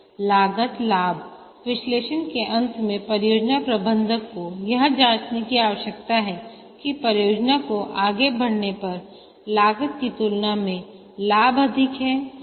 लागत लाभ विश्लेषण के अंत में परियोजना प्रबंधक को यह जांचने की आवश्यकता है कि परियोजना को आगे बढ़ने पर लागत की तुलना में लाभ अधिक हैं या नहीं